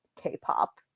k-pop